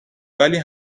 ولی